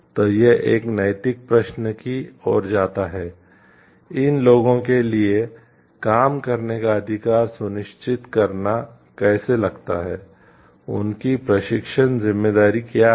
तो यह एक नैतिक प्रश्न की ओर जाता है इन लोगों के लिए काम करने का अधिकार सुनिश्चित करना कैसा लगता है उनकी प्रशिक्षण जिम्मेदारी क्या है